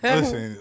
Listen